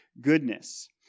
goodness